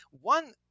one